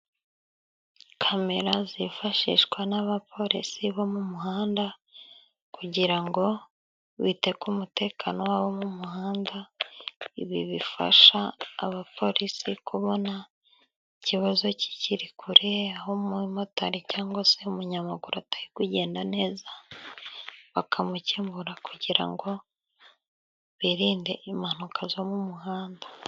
Kamera zifashishwa n'abapolisi bo mu muhanda kugira ngo bite ku mutekano w'abo mu muhanda, ibi bifasha abapolisi kubona kibazo kikiri kure, aho umumotari cyangwa se umunyamaguru atari kugenda neza bakamukebura kugira ngo birinde impanuka zo mu muhanda.